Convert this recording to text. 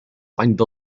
عند